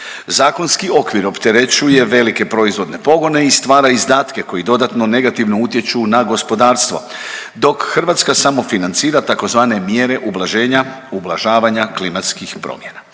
Zakonski okvir opterećuje velike proizvodne pogone i stvara izdatke koji dodatno negativno utječu na gospodarstvo dok Hrvatska samo financira tzv. mjere ublaženja, ublažavanja klimatskih promjena.